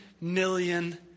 million